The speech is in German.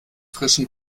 frischem